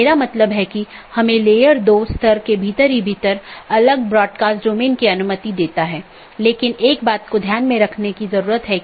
क्योंकि पूर्ण मेश की आवश्यकता अब उस विशेष AS के भीतर सीमित हो जाती है जहाँ AS प्रकार की चीज़ों या कॉन्फ़िगरेशन को बनाए रखा जाता है